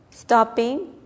stopping